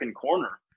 corner